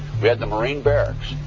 we had the marine barracks,